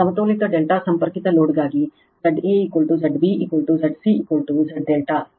ಸಮತೋಲಿತ ∆ ಸಂಪರ್ಕಿತ ಲೋಡ್ಗಾಗಿ Z a Z b Zc Z ∆ ಸಮಾನ ಆಗಿರುತ್ತದೆ